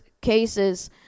cases